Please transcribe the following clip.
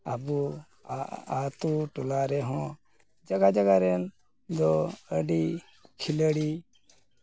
ᱟᱵᱳ ᱟᱜ ᱟᱹᱛᱩ ᱴᱚᱞᱟ ᱨᱮ ᱦᱚᱸ ᱡᱟᱭᱜᱟ ᱡᱟᱭᱜᱟ ᱨᱮᱱ ᱫᱚ ᱟᱹᱰᱤ ᱠᱷᱤᱞᱟᱹᱲᱤ